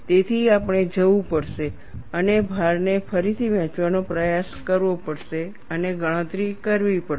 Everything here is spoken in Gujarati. તેથી આપણે જવું પડશે અને ભારને ફરીથી વહેંચવાનો પ્રયાસ કરવો પડશે અને ગણતરી કરવી પડશે